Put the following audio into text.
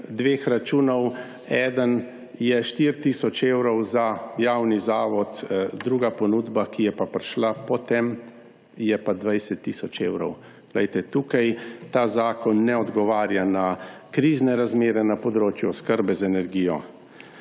dveh računov, eden je 4 tisoč evrov za javni zavod, druga ponudba, ki je pa prišla po tem, je pa 20 tisoč evrov. Glejte, tukaj ta zakon ne odgovarja na krizne razmere na področju oskrbe z energijo.